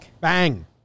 Bang